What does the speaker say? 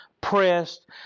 pressed